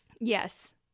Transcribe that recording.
Yes